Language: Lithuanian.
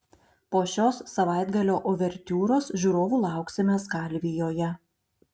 po šios savaitgalio uvertiūros žiūrovų lauksime skalvijoje